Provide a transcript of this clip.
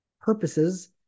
purposes